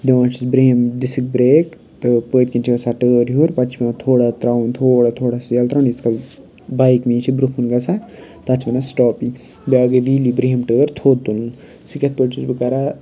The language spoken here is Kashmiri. دِوان چھُس برنٛہِم ڈِسٕک برٛیک تہٕ پٔتۍکِنۍ چھِ گژھان ٹٲر ہیوٚر پَتہٕ چھِ پٮ۪وان تھوڑا ترٛاوُن تھوڑا تھوڑا سُہ یَلہٕ ترٛاوُن یِتھ بایِک میٛٲنۍ چھِ برٛونٛہہ کُن گژھان تَتھ چھِ وَنان سِٹاپِی بیٛاکھ گٔے ویٖلی برٛنٛہم ٹٲر تھوٚد تُلُن سُہ کِتھ پٲٹھۍ چھُس بہٕ کَران